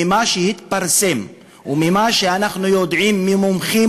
ממה שהתפרסם ומה שאנחנו יודעים ממומחים